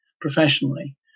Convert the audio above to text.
professionally